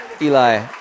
Eli